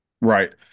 Right